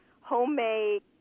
homemade